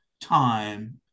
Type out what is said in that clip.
time